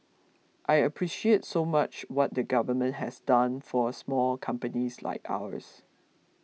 I appreciate so much what the government has done for small companies like ours